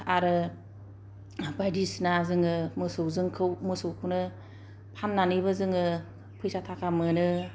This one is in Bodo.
आरो बायदिसिना जोङो मोसौजोंखौ मोसौखौनो फाननानैबो जोङो फैसा थाखा मोनो